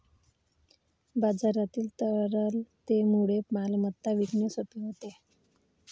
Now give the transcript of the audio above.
बाजारातील तरलतेमुळे मालमत्ता विकणे सोपे होते